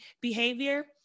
behavior